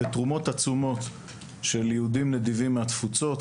בתרומות עצומות של יהודים נדיבים מהתפוצות.